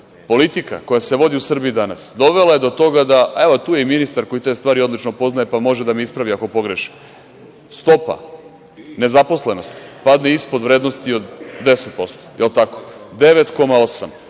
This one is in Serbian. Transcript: politika koja se vodi u Srbiji danas dovela je do toga, evo tu je i ministar koji te stvari odlično poznaje pa može da me ispravi ako pogrešim. Stopa nezaposlenosti padne ispod vrednosti od 10%. Jel tako? Devet